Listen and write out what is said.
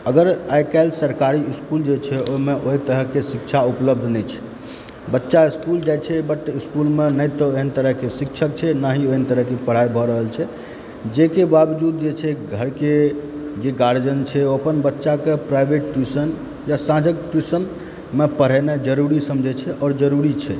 अगर आइकाल्हि सरकारी इस्कूल जे छै ओहिमे ओहि तरहकेँ शिक्षा उपलब्ध नहि छै बच्चा इस्कूल जाय छै बट इस्कूलमे नहि तऽ ओहन तरहकेँ शिक्षक छै ना ही ओहन तरहकेँ पढ़ाई भऽ रहल छै जेके वावजुद जे छै घरके जे गार्जियन छै ओ अपन बच्चाकेँ प्राइवेट ट्यूशन या साँझक ट्यूशनमे पढ़ेनाइ जरुरी समझै छै आओर जरुरी छै